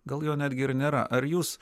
gal jo netgi ir nėra ar jūs